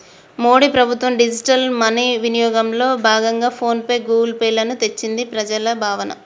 మోడీ ప్రభుత్వం digital money వినియోగంలో భాగంగా ఫోన్ పే, గూగుల్ పే లను తెచ్చిందని ప్రజల భావన